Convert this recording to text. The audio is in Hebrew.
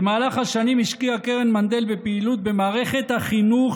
במהלך השנים השקיעה קרן מנדל בפעילות במערכת החינוך